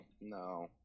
no